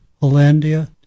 Hollandia